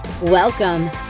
Welcome